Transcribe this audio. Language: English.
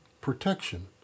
protection